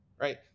right